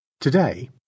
Today